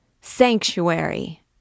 Sanctuary